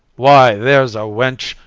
why, there's a wench!